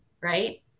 right